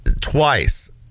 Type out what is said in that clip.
twice